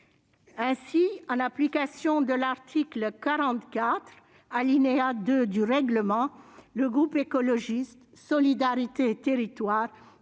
Ainsi, en application de l'article 44, alinéa 2, du règlement, le groupe Écologiste - Solidarité et Territoires